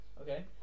okay